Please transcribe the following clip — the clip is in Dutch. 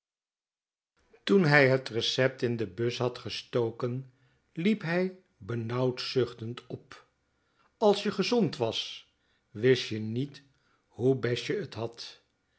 toen hij het recept in de bus had gestoken liep hij benauwd zuchtend op als je gezond was wist je niet hé best je t had